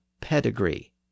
pedigree